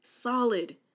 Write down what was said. solid